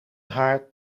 haar